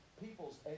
people's